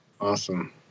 Awesome